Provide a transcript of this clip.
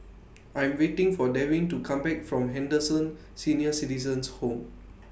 I'm waiting For Devyn to Come Back from Henderson Senior Citizens' Home